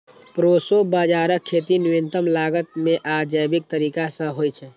proso बाजाराक खेती न्यूनतम लागत मे आ जैविक तरीका सं होइ छै